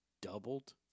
Doubled